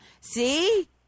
See